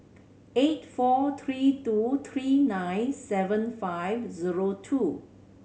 eight four three two three nine seven five zero two